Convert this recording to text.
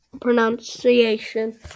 pronunciation